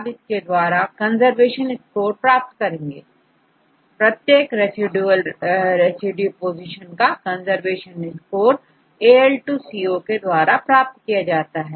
अब इसके द्वारा कंजर्वेशन स्कोर प्राप्त करेंगे प्रत्येक रेसीडुएल रेसिड्यू पोजीशन का कंजर्वेशन स्कोरAL2CO के द्वारा प्राप्त किया जाता है